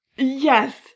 Yes